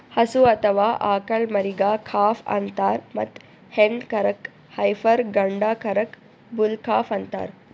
ಹಸು ಅಥವಾ ಆಕಳ್ ಮರಿಗಾ ಕಾಫ್ ಅಂತಾರ್ ಮತ್ತ್ ಹೆಣ್ಣ್ ಕರಕ್ಕ್ ಹೈಪರ್ ಗಂಡ ಕರಕ್ಕ್ ಬುಲ್ ಕಾಫ್ ಅಂತಾರ್